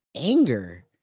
anger